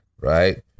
right